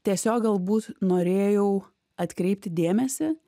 tiesiog galbūt norėjau atkreipti dėmesį